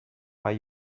are